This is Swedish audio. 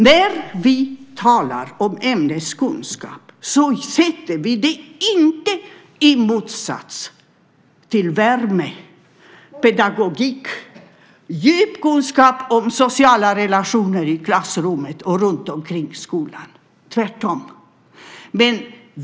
När vi talar om ämneskunskap sätter vi inte den i motsats till värme, pedagogik och djup kunskap om sociala relationer i klassrummet och runtomkring skolan - tvärtom!